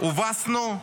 הובסנו?